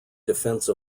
defence